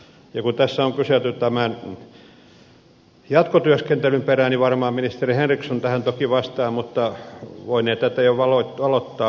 kun tässä on kyselty tämän jatkotyöskentelyn perään niin varmaan ministeri henriksson tähän toki vastaa voinee tätä jo valottaa